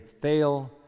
fail